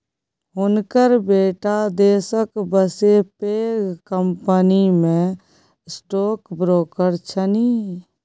हुनकर बेटा देशक बसे पैघ कंपनीमे स्टॉक ब्रोकर छनि